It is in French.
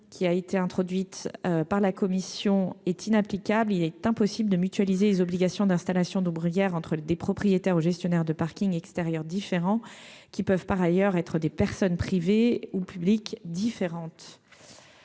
qui a été introduite par la commission est inapplicable, il est impossible de mutualiser les obligations d'installation de bruyère entre des propriétaires ou gestionnaires de parkings extérieurs différents qui peuvent par ailleurs être des personnes privées ou publiques différentes